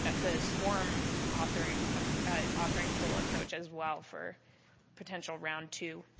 the scorm authoring ah authoring tool approach as well for potential round two.